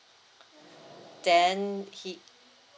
then he